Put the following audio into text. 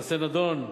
הנושא נדון,